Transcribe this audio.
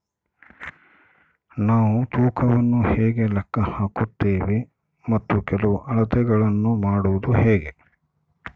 ನಾವು ತೂಕವನ್ನು ಹೇಗೆ ಲೆಕ್ಕ ಹಾಕುತ್ತೇವೆ ಮತ್ತು ಕೆಲವು ಅಳತೆಗಳನ್ನು ಮಾಡುವುದು ಹೇಗೆ?